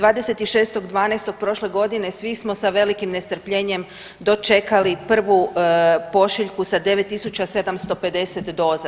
26.12. prošle godine svi smo sa velikim nestrpljenjem dočeli prvu pošiljku sa 9750 doza.